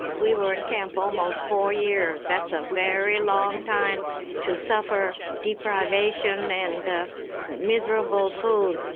we were in camp almost four years. that's a very long time to suffer deprivation and ah miserable food.